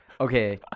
okay